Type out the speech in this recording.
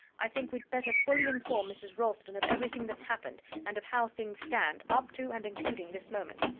i think we'd better fully inform mrs. ralston of everything that's happened, and of how things stand, up to and including this moment.